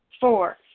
Four